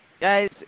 Guys